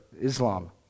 Islam